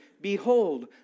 behold